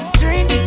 drink